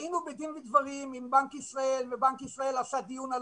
היינו בדין ודברים עם בנק ישראל ובנק ישראל עשה דיון על